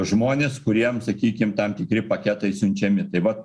žmones kuriem sakykim tam tikri paketai siunčiami taip vat